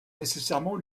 nécessairement